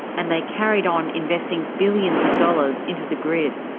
and they carried on investing billions of dollars into the grid.